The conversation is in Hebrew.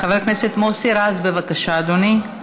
חבר הכנסת מוסי רז, בבקשה, אדוני.